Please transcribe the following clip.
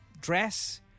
dress